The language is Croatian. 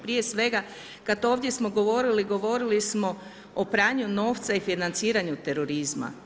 Prije svega kada ovdje smo govorili, govorili smo o pranju novca i financiranju terorizma.